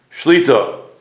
Shlita